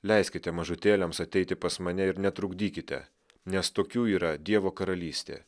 leiskite mažutėliams ateiti pas mane ir netrukdykite nes tokių yra dievo karalystė